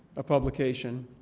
a publication,